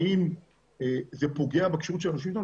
האם זה פוגע בכשירות של האנשים שלנו?